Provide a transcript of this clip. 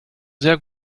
sehr